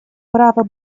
право